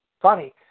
funny